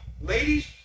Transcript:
ladies